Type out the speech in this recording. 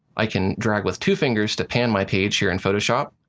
i can drag with two fingers to pan my page here in photoshop.